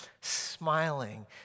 smiling